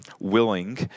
willing